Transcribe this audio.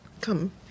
come